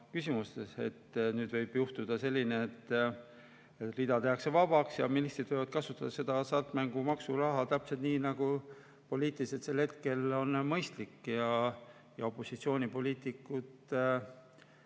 esitades, et nüüd võib juhtuda selline asi, et rida tehakse vabaks ja ministrid võivad kasutada seda hasartmängumaksu raha täpselt nii, nagu poliitiliselt sel hetkel on mõistlik. Opositsioonipoliitikud